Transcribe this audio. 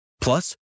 Plus